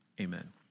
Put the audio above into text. amen